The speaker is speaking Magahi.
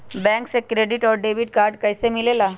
बैंक से क्रेडिट और डेबिट कार्ड कैसी मिलेला?